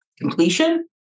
completion